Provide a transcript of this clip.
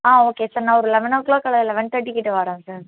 ஆ okay sir நான் ஒரு eleven o'clock அல்லது லெவென் தேர்ட்டிக்கிட்ட வரேங்க சார்